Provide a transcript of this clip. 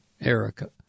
Erica